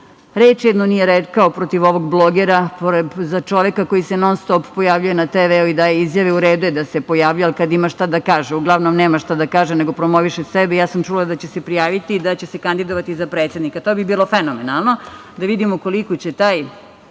reč jednu nije rekao protiv ovog blogera, za čoveka koji se non-stop pojavljuje na TV-u i daje izjave. U redu je da se pojavljuje, ali kada ima šta da kaže. Uglavnom nema šta da kaže, nego promoviše sebe. Ja sam čula da će se prijaviti, da će se kandidovati za predsednika. To bi bilo fenomenalno, da vidimo koliko će taj